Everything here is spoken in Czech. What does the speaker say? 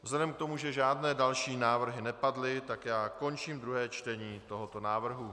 Vzhledem k tomu, že žádné další návrhy nepadly, končím druhé čtení tohoto návrhu.